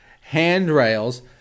handrails